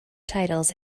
titles